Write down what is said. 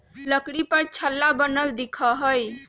लकड़ी पर छल्ला बनल दिखा हई